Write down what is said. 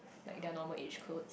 like then normal is codes